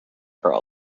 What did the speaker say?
are